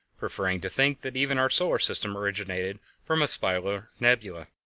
preferring to think that even our solar system originated from a spiral nebula.